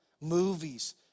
movies